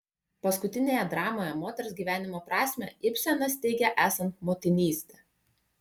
paskutinėje dramoje moters gyvenimo prasmę ibsenas teigia esant motinystę